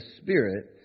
Spirit